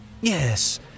Yes